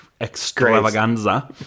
extravaganza